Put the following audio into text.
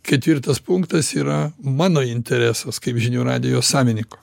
ketvirtas punktas yra mano interesas kaip žinių radijo savininko